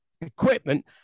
equipment